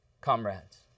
comrades